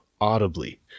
audibly